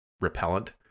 repellent